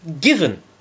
given